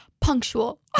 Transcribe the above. punctual